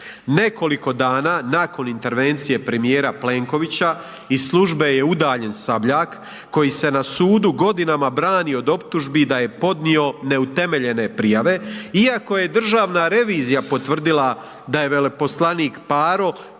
Nekoliko dana nakon intervencije premijer Plenkovića i službe je udaljen Sabljak koji se na sudu godinama brani od optužbi da je podnio neutemeljene prijave iako je Državna revizija potvrdila da je veleposlanik Paro